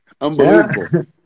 Unbelievable